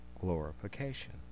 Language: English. glorification